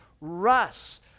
Russ